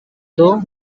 show